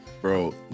bro